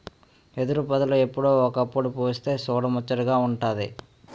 ఎదురుపొదలు ఎప్పుడో ఒకప్పుడు పుస్తె సూడముచ్చటగా వుంటాది